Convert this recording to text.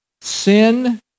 Sin